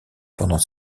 pendant